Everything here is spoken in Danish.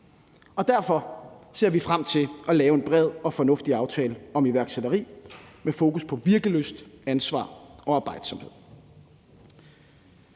Derfor ser vi frem til at lave en bred og fornuftig aftale om iværksætteri med fokus på virkelyst, ansvar og arbejdsomhed,